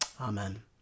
amen